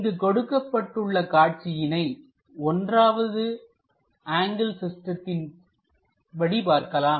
இங்கு கொடுக்கப்பட்டுள்ள காட்சியினை 1வது ஆங்கிள் சிஸ்டத்தின்படி பார்க்கலாம்